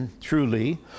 truly